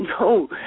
no